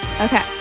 Okay